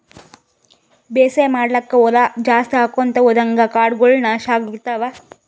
ಬೇಸಾಯ್ ಮಾಡ್ಲಾಕ್ಕ್ ಹೊಲಾ ಜಾಸ್ತಿ ಆಕೊಂತ್ ಹೊದಂಗ್ ಕಾಡಗೋಳ್ ನಾಶ್ ಆಗ್ಲತವ್